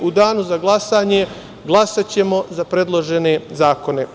U danu za glasanje glasaćemo za predložene zakone.